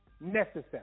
necessary